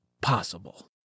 possible